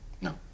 No